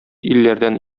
илләрдән